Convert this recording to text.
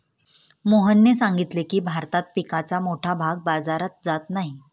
मोहनने सांगितले की, भारतात पिकाचा मोठा भाग बाजारात जात नाही